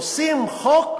עושים חוק